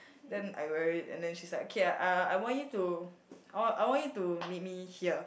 then I wear it and then she's like okay ah uh I I want you to I I want you to meet me here